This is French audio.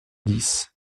dix